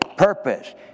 purpose